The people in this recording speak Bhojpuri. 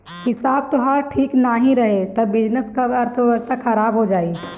हिसाब तोहार ठीक नाइ रही तअ बिजनेस कअ अर्थव्यवस्था खराब हो जाई